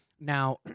Now